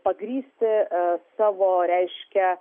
pagrįsti savo reiškia